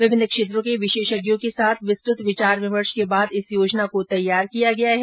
विभिन्न क्षेत्रों के विशेषज्ञों के साथ विस्तृत विचार विमर्श के बाद इस योजना को तैयार किया गया है